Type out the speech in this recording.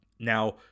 Now